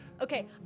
Okay